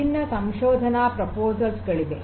ವಿಭಿನ್ನ ಸಂಶೋಧನಾ ಪ್ರಸ್ತಾಪಗಳಿವೆ